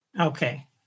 Okay